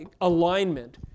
alignment